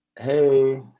Hey